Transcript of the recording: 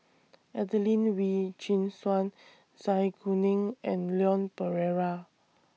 Adelene Wee Chin Suan Zai Kuning and Leon Perera